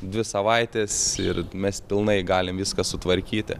dvi savaitės ir mes pilnai galim viską sutvarkyti